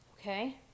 Okay